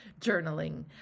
journaling